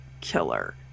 killer